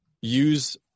use